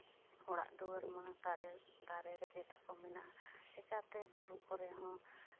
ᱚᱲᱟᱜ ᱫᱩᱣᱟᱹᱨ ᱢᱟ ᱫᱟᱨᱮ ᱫᱟᱨᱮ ᱨᱮᱜᱮ ᱛᱟᱠᱚ ᱢᱮᱱᱟᱜᱼᱟ ᱪᱤᱠᱟᱛᱮ ᱵᱩᱨᱩ ᱠᱚᱨᱮ ᱦᱚᱸ